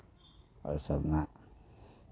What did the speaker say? ओहि सभमे